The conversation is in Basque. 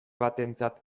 batentzat